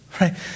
right